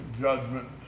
judgment